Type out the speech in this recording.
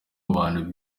abantu